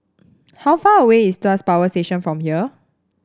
how far away is Tuas Power Station from here